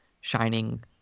Shining